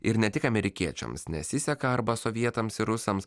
ir ne tik amerikiečiams nesiseka arba sovietams ir rusams